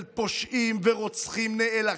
של פושעים ורוצחים נאלחים,